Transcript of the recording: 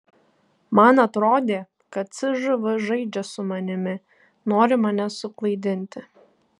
man atrodė kad cžv žaidžia su manimi nori mane suklaidinti